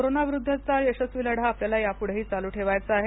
कोरोनाविरुद्धचा यशस्वी लढा आपल्याला यापुढेही चालू ठेवायचा आहे